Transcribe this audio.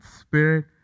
spirit